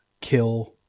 kill